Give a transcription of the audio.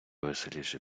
веселіше